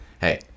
Hey